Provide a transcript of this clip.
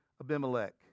Abimelech